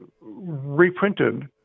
reprinted